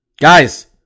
Guys